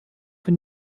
für